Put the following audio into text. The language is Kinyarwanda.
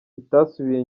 itasubiye